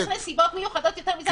יש נסיבות מיוחדות יותר מזה?